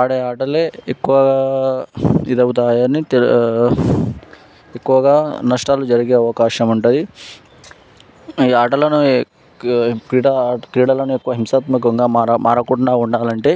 ఆడే ఆటలే ఎక్కువగా ఇది అవుతాయని తెలియ ఎక్కువగా నష్టాలు జరిగే అవకాశం ఉంటుంది ఈ ఆటలను క్రీడా క్రీడలను హింసాత్మకంగా మారా మారకుండా ఉండాలంటే